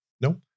Nope